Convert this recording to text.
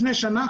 לפני שנה,